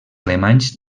alemanys